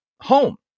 home